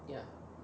ya